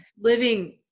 living